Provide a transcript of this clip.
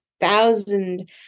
thousand